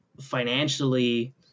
financially